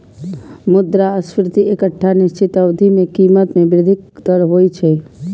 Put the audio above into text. मुद्रास्फीति एकटा निश्चित अवधि मे कीमत मे वृद्धिक दर होइ छै